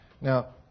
Now